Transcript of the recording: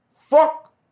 fuck